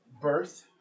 birth